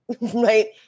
right